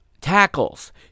tackles